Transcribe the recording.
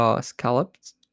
scallops